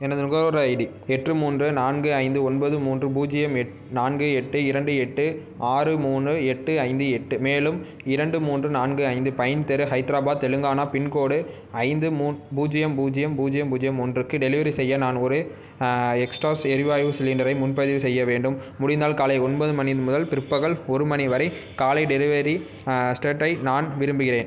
எனது நுகர்வோர் ஐடி எட்டு மூன்று நான்கு ஐந்து ஒன்பது மூன்று பூஜ்ஜியம் எட் நான்கு எட்டு இரண்டு எட்டு ஆறு மூன்று எட்டு ஐந்து எட்டு மேலும் இரண்டு மூன்று நான்கு ஐந்து பைன் தெரு ஹைதராபாத் தெலுங்கானா பின்கோடு ஐந்து மூ பூஜ்ஜியம் பூஜ்ஜியம் பூஜ்ஜியம் பூஜ்ஜியம் ஒன்றுக்கு டெலிவரி செய்ய நான் ஒரு எக்ஸ்ட்டாஸ் எரிவாய்வு சிலிண்டரை முன்பதிவு செய்ய வேண்டும் முடிந்தால் காலை ஒன்பது மணி முதல் பிற்பகல் ஒரு மணி வரை காலை டெலிவரி ஸ்டேட்டை நான் விரும்புகிறேன்